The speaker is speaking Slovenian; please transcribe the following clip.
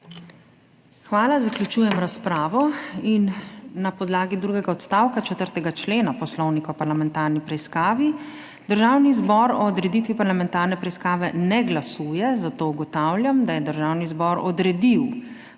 Hvala. Zaključujem razpravo. Na podlagi drugega odstavka 4. člena Poslovnika o parlamentarni preiskavi Državni zbor o odreditvi parlamentarne preiskave ne glasuje, zato ugotavljam, da je Državni zbor odredil